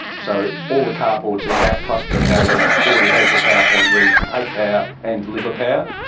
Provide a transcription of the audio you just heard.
so all the car ports in that cluster of housing already has the power point ready to take power and deliver power.